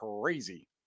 crazy